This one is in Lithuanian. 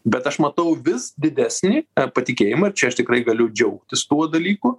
bet aš matau vis didesnį patikėjimą ir čia aš tikrai galiu džiaugtis tuo dalyku